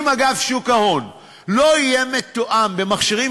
אם אגף שוק ההון לא יהיה מתואם במכשירים